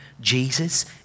Jesus